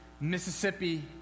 Mississippi